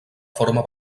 forma